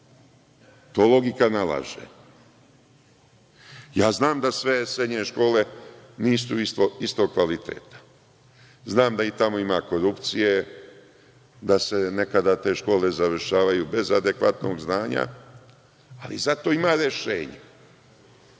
To logika nalaže. Ja znam da sve srednje škole nisu istog kvaliteta. Znam da i tamo ima korupcije, da se nekada te škole završavaju bez adekvatnog znanja, ali zato ima rešenja.